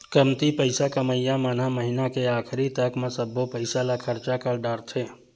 कमती पइसा कमइया मन ह महिना के आखरी तक म सब्बो पइसा ल खरचा कर डारथे